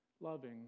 loving